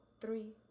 three